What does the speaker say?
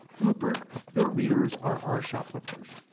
rupert, your readers are our shoplifters.